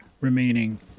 remaining